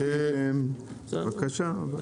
בבקשה.